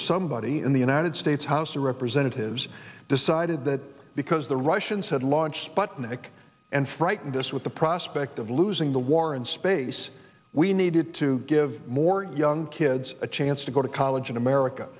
somebody in the united states house of representatives decided that because the russians had launched sputnik and frightened us with the prospect of losing the war in space we needed to give more young kids a chance to go to college in america